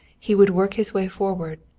he would work his way forward,